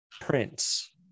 Prince